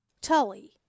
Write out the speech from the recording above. Tully